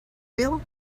wheel